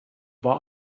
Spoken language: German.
war